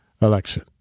election